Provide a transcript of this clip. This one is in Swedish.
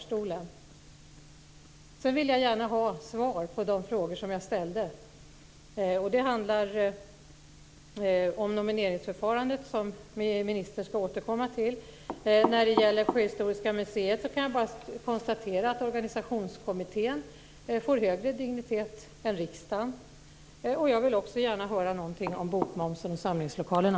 Sedan vill jag gärna ha svar på de frågor som jag ställde. Det handlar om nomineringsförfarandet, som ministern ska återkomma till. När det gäller sjöhistoriska museerna kan jag bara konstatera att organisationskommittén får en högre dignitet än riksdagen. Jag vill också gärna höra någonting om bokmomsen och samlingslokalerna.